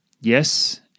Yes